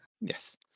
Yes